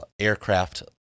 aircraft